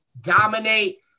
dominate